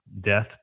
death